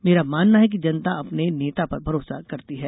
मेरा मानना है कि जनता अपने नेता पर भरोसा करती है